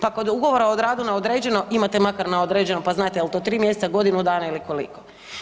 Pa kod ugovora o radu na određeni imate makar na određeno pa znate jel to tri mjeseca, godinu dana ili koliko.